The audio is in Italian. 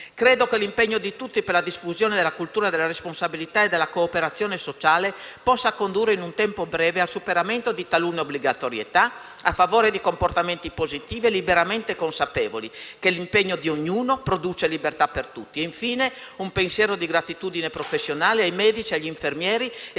Credo che l'impegno di tutti per la diffusione della cultura della responsabilità e della cooperazione sociale possa condurre in un tempo breve al superamento di talune obbligatorietà, a favore di comportamenti positivi e liberamente consapevoli, che l'impegno di ognuno produce la libertà di tutti. Infine, un pensiero di gratitudine professionale ai medici, agli infermieri e